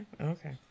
okay